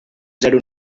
zero